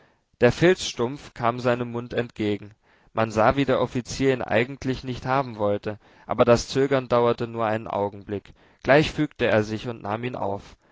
der filzstumpf kam seinem mund entgegen man sah wie der offizier ihn eigentlich nicht haben wollte aber das zögern dauerte nur einen augenblick gleich fügte er sich und nahm ihn auf